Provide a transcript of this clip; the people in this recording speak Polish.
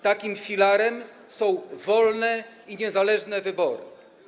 Takim filarem są wolne i niezależne wybory.